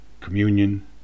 communion